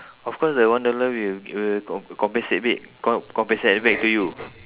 of course the company will will com~ compensate it com~ compensate back to you